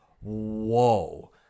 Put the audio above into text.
whoa